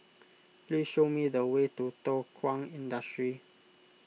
please show me the way to Thow Kwang Industry